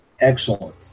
Excellent